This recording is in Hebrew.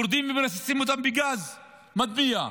יורדים ומרססים אותם בגז מדמיע.